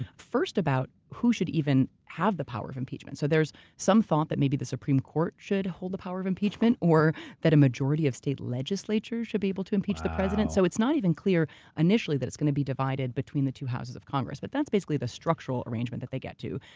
first, about who should even have the power of impeachment. so there's some thought that maybe the supreme court should hold the power of impeachment or that a majority of state legislatures should be able to impeach the president. so it's not even clear initially that it's going to be divided between the two houses of congress. but that's basically the structural arrangement that they get to.